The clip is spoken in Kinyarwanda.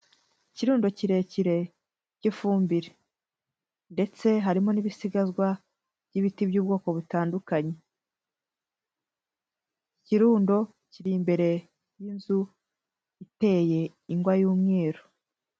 ikirundo kirekire cy'ifumbire ndetse harimo n'ibisigazwa by'ibiti by'ubwoko butandukanye, ikirundo kiri imbere y'inzu iteye ingwa y'umweru.